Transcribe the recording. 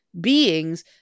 beings